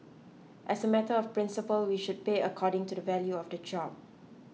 as a matter of principle we should pay according to the value of the job